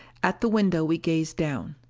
at the window we gazed down.